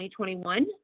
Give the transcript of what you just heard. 2021